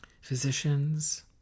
physicians